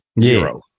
zero